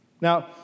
Now